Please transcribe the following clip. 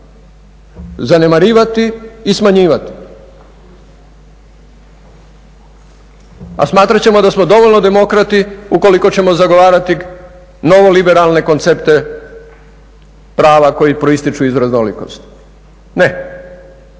zanemarivati i smanjivati, a smatrat ćemo da smo dovoljno demokrati ukoliko ćemo zagovarati novoliberalne koncepte prav koji proističu iz raznolikosti. Ne.